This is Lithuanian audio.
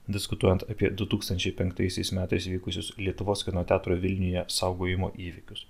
diskutuojant apie du tūkstančiai penktaisiais metais vykusius lietuvos kino teatro vilniuje saugojimo įvykius